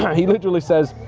he literally says,